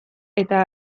eta